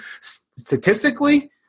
statistically